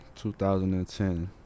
2010